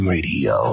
Radio